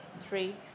three